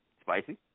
Spicy